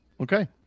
okay